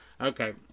okay